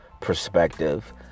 perspective